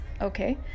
okay